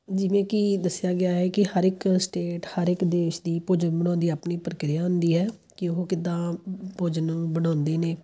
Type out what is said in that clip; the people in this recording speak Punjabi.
ਜਿਵੇਂ ਕਿ ਦੱਸਿਆ ਗਿਆ ਹੈ ਕਿ ਹਰ ਇੱਕ ਸਟੇਟ ਹਰ ਇੱਕ ਦੇਸ਼ ਦੀ ਭੋਜਨ ਬਣਾਉਣ ਦੀ ਆਪਣੀ ਪ੍ਰਕਿਰਿਆ ਹੁੰਦੀ ਹੈ ਕਿ ਉਹ ਕਿੱਦਾਂ ਭੋਜਨ ਬਣਾਉਂਦੇ ਨੇ